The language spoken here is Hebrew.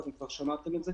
כפי שכבר שמעתם.